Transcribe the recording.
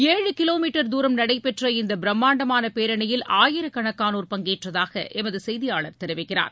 ஏழு kilometre தூரம் நடைபெற்ற இந்த பிரமாண்டமான பேரணியில் ஆயிரக்கணக்கானோர் பங்கேற்றதாக எமது செய்தியாளர் தெரிவிக்கிறார்